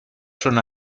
schon